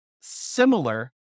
similar